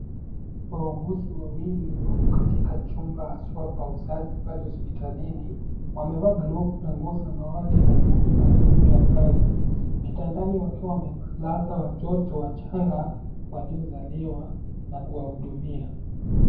Wauguzi wawili wamo katika chumba haswa pa uzazi pale hospitalini. Wamevaa glovu na nguo samawati na nyeupe maalum ya kazi. Kitandani wakiwa wamelaza watoto wachanga waliozaliwa na kuwahudumia.